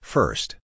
First